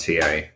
TA